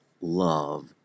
love